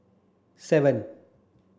seven